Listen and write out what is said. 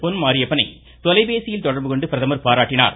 பொன் மாரியப்பனை தொலைபேசியில் தொடர்பு கொண்டு பிரதமர் பாராட்டினார்